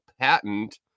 patent